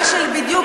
מה שבדיוק,